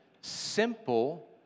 simple